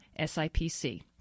SIPC